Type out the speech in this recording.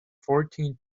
fourteen